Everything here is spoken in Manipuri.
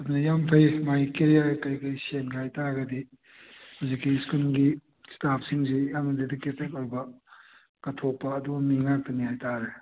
ꯑꯗꯨꯅ ꯌꯥꯝ ꯐꯩ ꯃꯥꯒꯤ ꯀꯦꯔꯤꯌꯥꯔ ꯀꯩꯀꯩ ꯁꯦꯝꯒꯦ ꯍꯥꯏ ꯇꯥꯔꯒꯗꯤ ꯍꯧꯖꯤꯛꯀꯤ ꯁ꯭ꯀꯨꯜꯒꯤ ꯏꯁꯇꯥꯞꯁꯤꯡꯁꯤ ꯌꯥꯝꯅ ꯗꯤꯗꯤꯀꯦꯇꯦꯠ ꯑꯣꯏꯕ ꯀꯠꯊꯣꯛꯄ ꯑꯗꯨꯝꯕ ꯃꯤ ꯉꯥꯛꯇꯅꯤ ꯍꯥꯏ ꯇꯥꯔꯦ